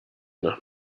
nach